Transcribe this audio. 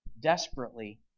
desperately